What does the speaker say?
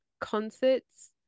concerts